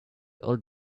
old